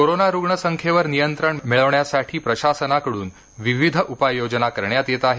corona रुग्ण संख्येवर नियंत्रण मिळविण्यासाठी प्रशासनाकडून विविध उपाययोजना करण्यात येत आहे